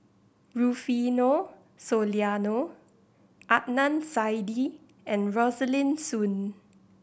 Rufino Soliano Adnan Saidi and Rosaline Soon